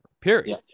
period